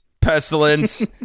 pestilence